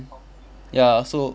ya so